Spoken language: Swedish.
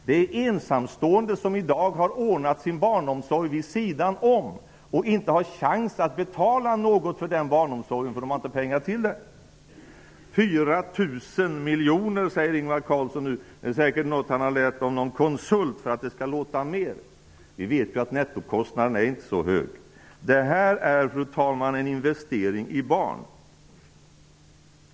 Det är ensamstående som i dag har ordnat sin barnomsorg på egen hand och inte har chans att betala något för denna barnomsorg, för de har inte tillräckligt mycket pengar. Ingvar Carlsson talar om 4 000 miljoner. Det är säkert något som han har lärt sig av någon konsult, för att det skall låta mycket. Vi vet ju att nettokostnaden inte är så hög. Detta, fru talman, är en investering i barn.